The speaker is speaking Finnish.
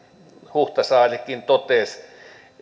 huhtasaarikin totesi että jos